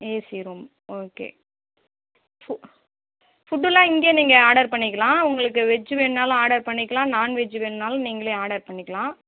AC room okay ஃபு ஃபுட்லாம் இங்கேயே நீங்கள் ஆர்டர் பண்ணிக்கலாம் உங்களுக்கு வெஜ் வேணுனாலும் ஆர்டர் பண்ணிக்கலாம் நான் வெஜ் வேணும்னாலும் நீங்களே ஆர்டர் பண்ணிக்கலாம்